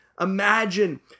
Imagine